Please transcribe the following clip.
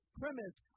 premise